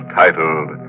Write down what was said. titled